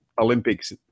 Olympics